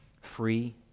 free